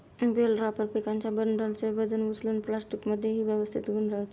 bell wrapper पिकांच्या बंडलचे वजन उचलून प्लास्टिकमध्ये व्यवस्थित गुंडाळते